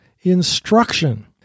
instruction